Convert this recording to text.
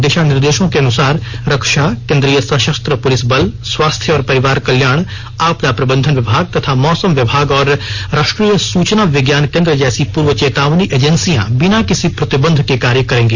दिशा निर्देशों के अनुसार रक्षा केंद्रीय सशस्त्र पुलिस बल स्वास्थ्य और परिवार कल्याण आपदा प्रबंधन विभाग तथा मौसम विभाग और राष्ट्रीय सूचना विज्ञान केंद्र जैसी पूर्व चेतावनी एजेंसियां बिना किसी प्रतिबंध के कार्य करेंगी